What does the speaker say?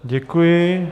Děkuji.